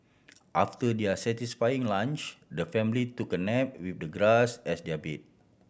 after their satisfying lunch the family took a nap with the grass as their bed